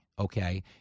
Okay